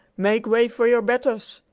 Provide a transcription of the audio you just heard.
make way for your betters!